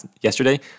yesterday